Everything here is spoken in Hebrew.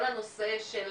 כל הנושא של